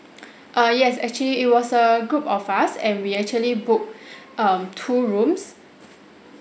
uh yes actually it was a group of us and we actually book um two rooms